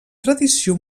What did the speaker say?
tradició